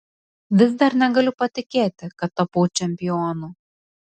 vis dar negaliu patikėti kad tapau čempionu